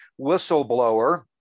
whistleblower